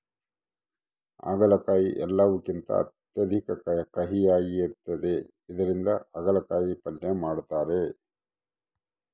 ಆಗಲಕಾಯಿ ಎಲ್ಲವುಕಿಂತ ಅತ್ಯಧಿಕ ಕಹಿಯಾಗಿರ್ತದ ಇದರಿಂದ ಅಗಲಕಾಯಿ ಪಲ್ಯ ಮಾಡತಾರ